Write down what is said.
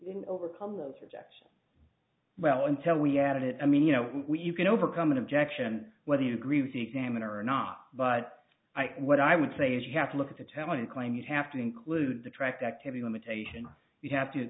in overcoming those rejections well until we added it i mean you know we you can overcome an objection whether you agree with the examiner or not but i what i would say is you have to look at the tell and claim you have to include the track activity limitation you have to